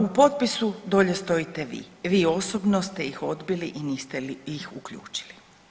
U potpisu dolje stojite vi, vi osobno ste ih odbili i niste ih uključile.